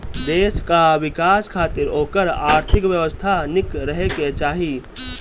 देस कअ विकास खातिर ओकर आर्थिक व्यवस्था निक रहे के चाही